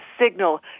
signal